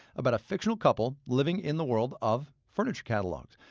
about a fictional couple living in the world of furniture catalogs.